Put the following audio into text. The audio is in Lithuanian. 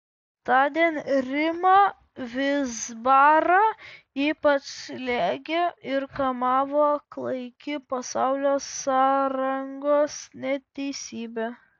tądien rimą vizbarą ypač slėgė ir kamavo klaiki pasaulio sąrangos neteisybė